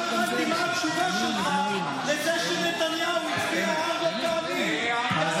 עכשיו הבנתי מה התשובה שלך לזה שנתניהו הצביע ארבע פעמים בעד ההתנתקות,